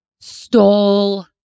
stole